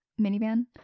minivan